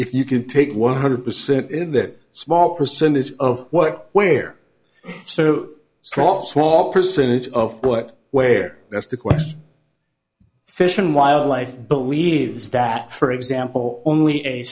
if you could take one hundred percent in that small percentage of what we're sort of strong small percentage of what where that's the question fish and wildlife believes that for example only a